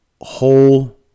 whole